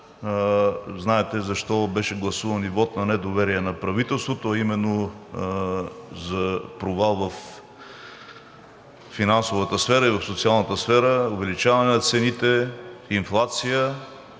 знаете защо беше гласуван и вот на недоверие на правителството, а именно: за провал във финансовата и в социалната сфера; увеличаване на цените; инфлация;